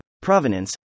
provenance